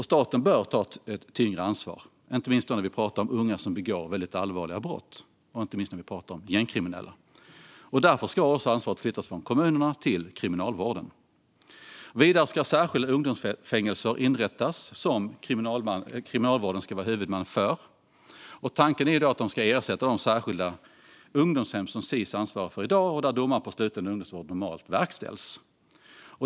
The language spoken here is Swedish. Staten bör ta ett tydligt ansvar, inte minst när det gäller unga som begår väldigt allvarliga brott och när det gäller gängkriminella. Därför ska ansvaret flyttas från kommunerna till Kriminalvården. Vidare ska det inrättas särskilda ungdomsfängelser som Kriminalvården ska vara huvudman för. Tanken är att de ska ersätta de särskilda ungdomshem som Sis i dag ansvarar för, där domar på sluten ungdomsvård normalt verkställs.